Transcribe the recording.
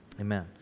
Amen